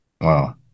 Wow